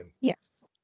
Yes